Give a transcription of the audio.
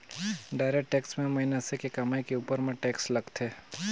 direct tax में मइनसे के कमई के उपर म टेक्स लगथे